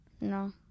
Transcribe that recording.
No